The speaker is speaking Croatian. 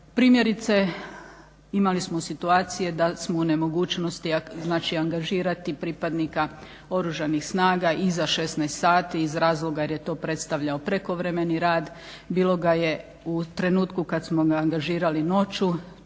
Primjerice imali smo situacije da smo u nemogućnosti angažirati pripadnika oružanih snaga iz 16 sati iz razloga jer je to predstavljao prekovremeni rad, bilo ga je u trenutku kada smo ga angažirali noću.